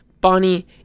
Bonnie